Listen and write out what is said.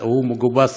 והוא מגובס,